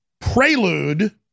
prelude